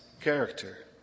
character